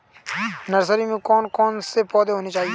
Nursery में कौन कौन से पौधे होने चाहिए?